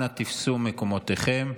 אנא תפסו את מקומותיכם.